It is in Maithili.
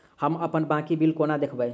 हम अप्पन बाकी बिल कोना देखबै?